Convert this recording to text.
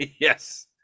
yes